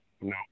No